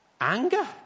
Anger